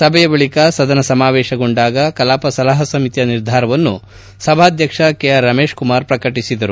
ಸಭೆಯ ಬಳಕ ಸದನ ಸಮಾವೇಶಗೊಂಡಾಗ ಕಲಾಪ ಸಲಹಾ ಸಮಿತಿಯ ನಿರ್ಧಾರವನ್ನು ಸಭಾಧ್ಯಕ್ಷ ರಮೇಶ್ ಕುಮಾರ್ ಪ್ರಕಟಿಸಿದರು